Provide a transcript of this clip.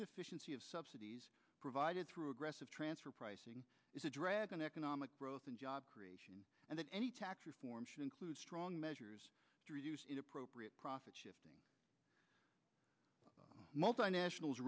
inefficiency of subsidies provided through aggressive transfer pricing is a drag on economic growth and job creation and that any tax reform should include strong measures appropriate profit shifting multinationals